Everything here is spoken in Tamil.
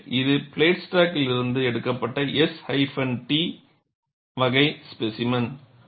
எனவே இது பிளேட் ஸ்டாக்கில் இருந்து எடுக்கப்பட்ட S T வகை ஸ்பேசிமென்